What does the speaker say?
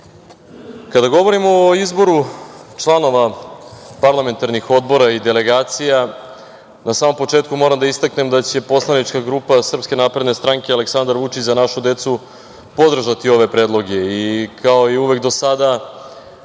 kada govorimo o izboru članova parlamentarnih odbora i delegacija, na samom početku moram da istaknem da će poslanička grupa Srpske napredne stranke, Aleksandar Vučić – Za našu decu, podržati ove predloge. Kao i uvek do sada,